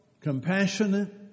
compassionate